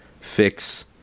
fix